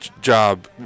job